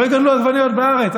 לא יגדלו עגבניות בארץ.